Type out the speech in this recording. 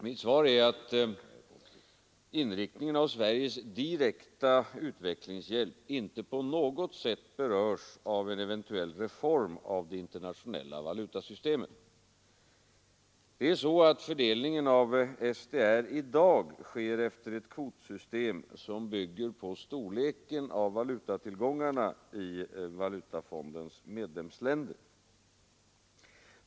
Mitt svar är att inriktningen av Sveriges direkta utvecklingshjälp inte på något sätt berörs av en eventuell reform av det internationella valutasystemet. Fördelningen av SDR sker i dag efter ett kvotsystem som bygger på storleken av valutatillgångarna i valutafondens medlemsländer.